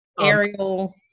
ariel